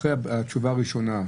ואחרי התשובה הראשונה?